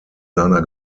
seiner